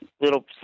little